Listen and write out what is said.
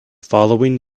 following